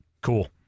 Cool